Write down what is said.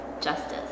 justice